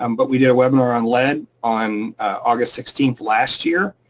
um but we did a webinar on lead on august sixteenth last year,